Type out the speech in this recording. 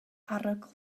arogl